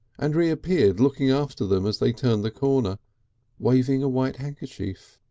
and reappeared looking after them as they turned the corner waving a white handkerchief.